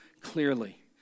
clearly